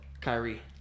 Kyrie